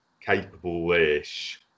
capable-ish